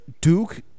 Duke